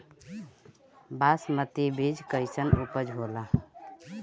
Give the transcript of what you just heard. बासमती बीज कईसन उपज होला?